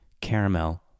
Caramel